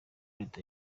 leta